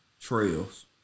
Trails